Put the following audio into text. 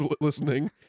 listening